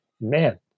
Man